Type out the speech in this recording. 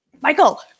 Michael